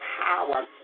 Power